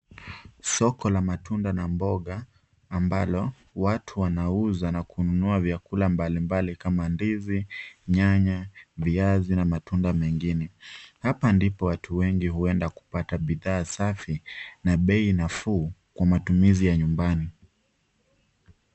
Soko la matunda na mboga, ambalo watu wanauza na kununua vyakula mbali mbali, kama ndizi, nyanya, viazi, na matunda mengine. Hapa ndipo watu wengi huenda kupata bidhaa safi na bei nafuu, kwa matumiza ya nyumbani.